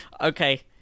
Okay